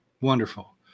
wonderful